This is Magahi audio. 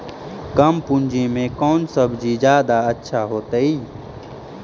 कम पूंजी में कौन सब्ज़ी जादा अच्छा होतई?